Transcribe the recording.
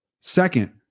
Second